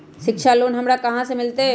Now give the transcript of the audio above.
शिक्षा लोन हमरा कहाँ से मिलतै?